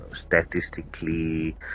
statistically